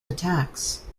attacks